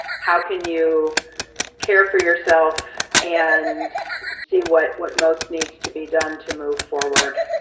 how can you care for yourself and see what what most needs to be done to move forward?